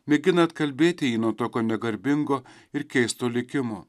mėgina atkalbėti jį nuo tokio negarbingo ir keisto likimo